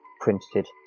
printed